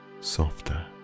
softer